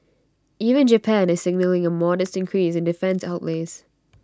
even Japan is signalling A modest increase in defence outlays